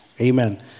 Amen